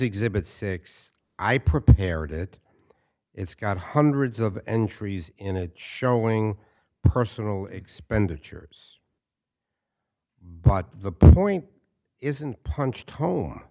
exhibit six i prepared it it's got hundreds of entries in it showing personal expenditures but the point isn't punch